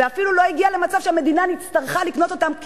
ואפילו לא הגיעו למצב שהמדינה הצטרכה לקנות אותן,